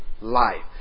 life